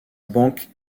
banque